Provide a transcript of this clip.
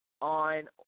on